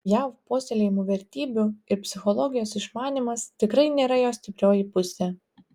jav puoselėjamų vertybių ir psichologijos išmanymas tikrai nėra jo stiprioji pusė